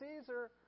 Caesar